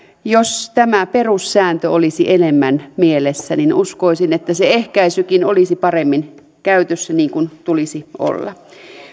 jos tämä perussääntö olisi enemmän mielessä niin uskoisin että se ehkäisykin olisi paremmin käytössä niin kuin tulisi olla